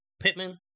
Pittman